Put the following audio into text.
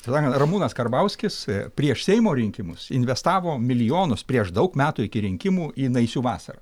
taip sakant ramūnas karbauskis prieš seimo rinkimus investavo milijonus prieš daug metų iki rinkimų į naisių vasarą